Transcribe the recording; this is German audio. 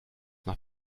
nach